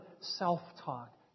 self-talk